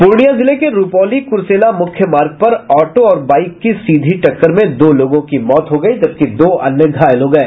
प्रर्णिया जिले के रूपौली क्र्सेला मूख्य मार्ग पर ऑटो और बाईक की सीधी टक्कर में दो लोगों की मौत हो गयी जबकि दो अन्य घायल हो गये